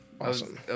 awesome